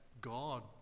God